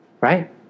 Right